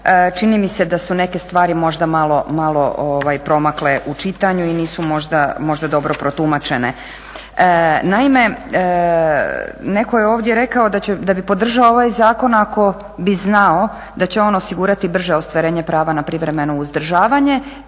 čini mi se da su neke stvari možda malo promakle u čitanju i nisu možda dobro protumačene. Naime, netko je ovdje rekao da bi podržao ovaj zakon ako bi znao da će on osigurati brže ostvarenje prava na privremeno uzdržavanje